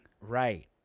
Right